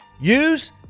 Use